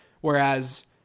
whereas